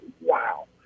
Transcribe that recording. Wow